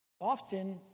Often